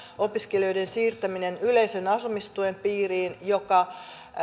opiskelijoiden siirtäminen yleisen asumistuen piiriin joka